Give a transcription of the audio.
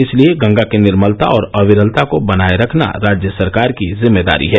इसलिए गंगा की निर्मलता और अविरलता को बनाये रखना राज्य सरकार की जिम्मेदारी है